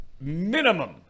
minimum